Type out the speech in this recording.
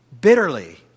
bitterly